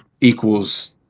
equals